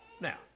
Now